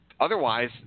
otherwise